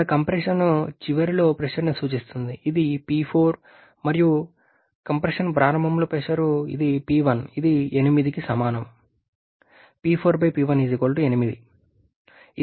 ఇది కంప్రెషన్ చివరిలో ప్రెషర్ ని సూచిస్తుంది ఇది P4 మరియు కంప్రెషన్ ప్రారంభంలో ప్రెషర్ ఇది P1 ఇది 8 కి సమానం